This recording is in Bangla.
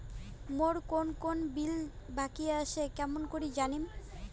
মোর কুন কুন বিল বাকি আসে কেমন করি জানিম?